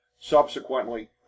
subsequently